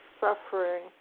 suffering